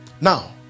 Now